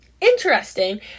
interesting